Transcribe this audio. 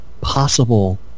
possible